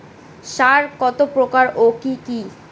সার কত প্রকার ও কি কি?